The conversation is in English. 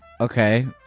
Okay